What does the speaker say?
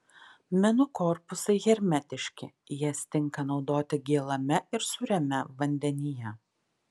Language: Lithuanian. minų korpusai hermetiški jas tinka naudoti gėlame ir sūriame vandenyje